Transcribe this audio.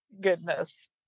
Goodness